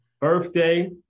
birthday